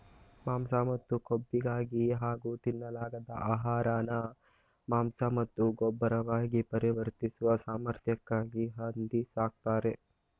ಮಾಂಸ ಮತ್ತು ಕೊಬ್ಬಿಗಾಗಿ ಹಾಗೂ ತಿನ್ನಲಾಗದ ಆಹಾರನ ಮಾಂಸ ಮತ್ತು ಗೊಬ್ಬರವಾಗಿ ಪರಿವರ್ತಿಸುವ ಸಾಮರ್ಥ್ಯಕ್ಕಾಗಿ ಹಂದಿ ಸಾಕ್ತರೆ